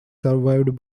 survived